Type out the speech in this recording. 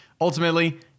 Ultimately